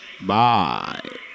Bye